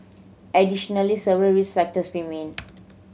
additionally several risk factors remain